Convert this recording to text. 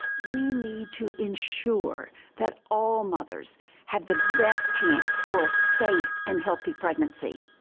we need to ensure that all mothers have the best chance for a safe and healthy pregnancy,